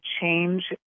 change